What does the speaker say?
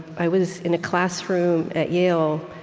i was in a classroom at yale,